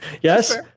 Yes